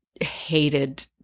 hated